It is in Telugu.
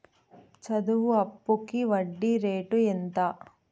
చదువు అప్పుకి వడ్డీ రేటు ఎంత?